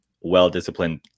well-disciplined